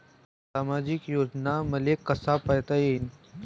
सामाजिक योजना मले कसा पायता येईन?